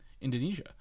Indonesia